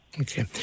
Okay